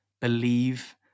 believe